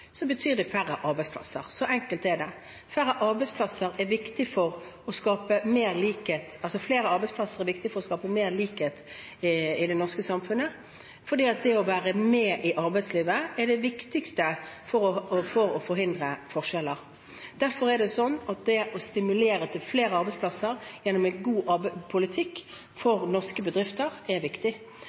betyr det færre arbeidsplasser. Så enkelt er det. Flere arbeidsplasser er viktig for å skape mer likhet i det norske samfunnet, fordi det å være med i arbeidslivet er det viktigste for å forhindre forskjeller. Derfor er det å stimulere til flere arbeidsplasser gjennom en god politikk for norske bedrifter viktig. For norske distriktsbedrifter er det særlig viktig,